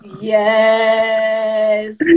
Yes